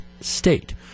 state